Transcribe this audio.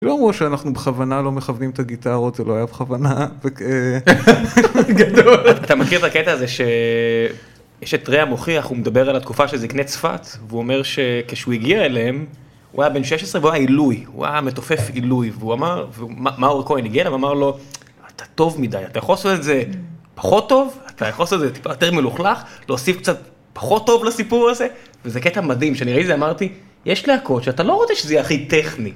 לא אמרו שאנחנו בכוונה לא מכוונים את הגיטרות, זה לא היה בכוונה. הא, גדול. אתה מכיר את הקטע הזה ש... יש את רע מוכיח, הוא מדבר על התקופה של זקני צפת, ואומר שכשהוא הגיע אליהם, הוא היה בן 16 והוא היה עילוי. הוא היה מתופף עילוי. והוא אמר... מאור כהן הגיע אליו ואמר לו, "אתה טוב מדי, אתה יכול לעשות את זה פחות טוב, אתה יכול לעשות את זה טיפה יותר מלוכלך, להוסיף קצת פחות טוב לסיפור הזה?". וזה קטע מדהים, כשאני ראיתי זה אמרתי, יש להקות שאתה לא רוצה שזה יהיה הכי טכני.